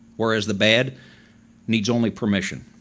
whereas the bad needs only permission.